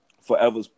forever